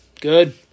Good